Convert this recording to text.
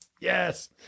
Yes